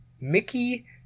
Mickey